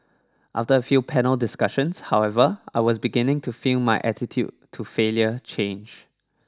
after a few panel discussions however I was beginning to feel my attitude to failure change